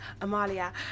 Amalia